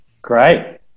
Great